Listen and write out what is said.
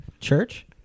Church